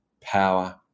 power